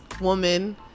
Woman